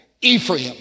Ephraim